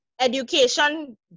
education